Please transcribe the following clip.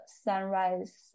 sunrise